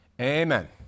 amen